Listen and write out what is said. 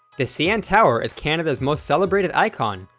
the cn tower is canada's most celebrated icon,